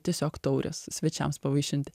tiesiog taurės svečiams pavaišinti